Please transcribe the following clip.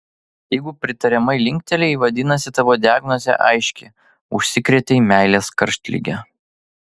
jeigu pritariamai linktelėjai vadinasi tavo diagnozė aiški užsikrėtei meilės karštlige